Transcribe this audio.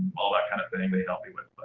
all that kind of thing they'd help me with, but